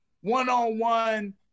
one-on-one